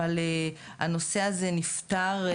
אבל הנושא הזה נפתר.